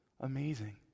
amazing